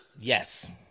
Yes